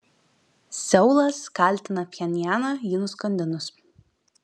seulas kaltina pchenjaną jį nuskandinus